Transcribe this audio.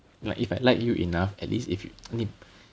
I like you enough at least if you need